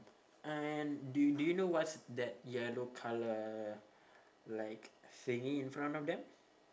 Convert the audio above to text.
and do do you know what's that yellow colour like thingy in front of them